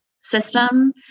system